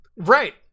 Right